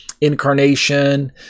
incarnation